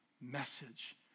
message